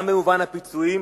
גם במובן הפיצויים